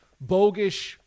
bogus